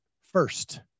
first